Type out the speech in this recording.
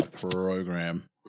program